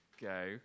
Go